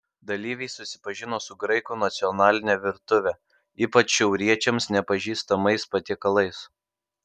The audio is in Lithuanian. dalyviai susipažino su graikų nacionaline virtuve ypač šiauriečiams nepažįstamais patiekalais